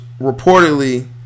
reportedly